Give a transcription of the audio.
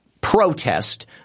protest